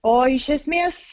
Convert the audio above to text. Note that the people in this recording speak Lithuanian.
o iš esmės